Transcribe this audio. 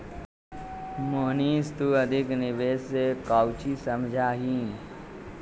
मोहनीश तू अधिक निवेश से काउची समझा ही?